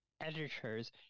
editors